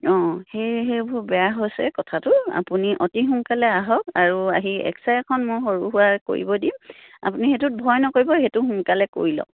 অঁ সেই সেইবোৰ বেয়া হৈছে কথাটো আপুনি অতি সোনকালে আহক আৰু আহি এক্সৰে এখন মই সৰু সুৰা কৰিব দিম আপুনি সেইটোত ভয় নকৰিব সেইটো সোনকালে কৰি লওক